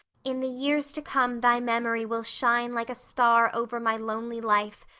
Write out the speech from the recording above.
in the years to come thy memory will shine like a star over my lonely life,